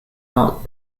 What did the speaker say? not